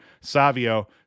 Savio